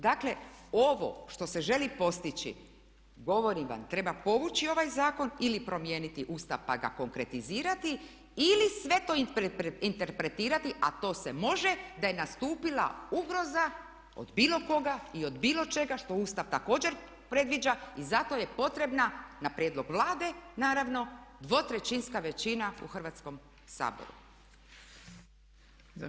Dakle, ovo što se želi postići govorim vam treba povući ovaj zakon ili promijeniti Ustav pa ga konkretizirati ili sve to interpretirati, a to se može da je nastupila ugroza od bilo koga i od bilo čega što Ustav također predviđa i zato je potrebna na prijedlog Vlade naravno dvotrećinska većina u Hrvatskom saboru.